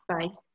space